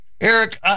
Eric